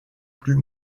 plus